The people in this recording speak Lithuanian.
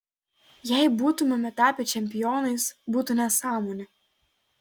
jei būtumėme tapę čempionais būtų nesąmonė